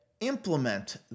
implement